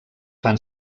fan